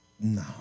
No